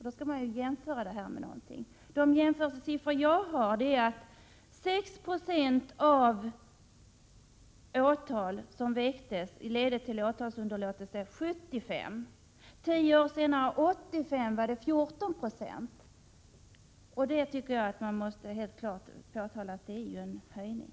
Detta skall då jämföras med någonting, och de jämförelsesiffror jag har visar att 6 70 av antalet åtal som väcktes ledde till åtalsunderlåtelse 1975. Tio år senare, 1985, var det 14 90. Jag tycker att man klart måste framhålla att det innebär en höjning.